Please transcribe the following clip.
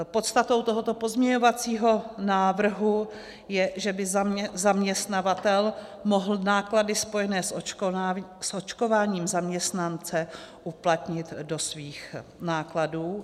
Podstatou tohoto pozměňovacího návrhu je, že by zaměstnavatel mohl náklady spojené s očkováním zaměstnance uplatnit do svých nákladů.